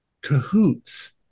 cahoots